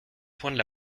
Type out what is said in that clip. poindre